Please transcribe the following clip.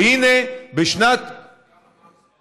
והינה, בשנת, כמה?